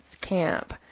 camp